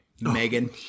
Megan